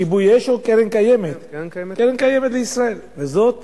כיבוי אש או קרן קיימת, קרן קיימת לישראל, וזאת